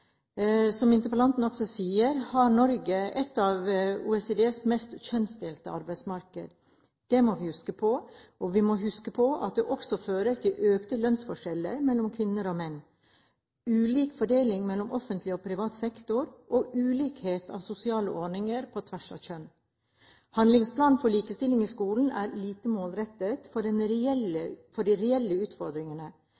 Som interpellanten også sier, har Norge et av OECDs mest kjønnsdelte arbeidsmarked. Det må vi huske på, og vi må huske på at det også fører til økte lønnsforskjeller mellom kvinner og menn, ulik fordeling mellom offentlig og privat sektor og ulikhet i sosiale ordninger på tvers av kjønn. Handlingsplanen for likestilling i skolen er lite målrettet for de reelle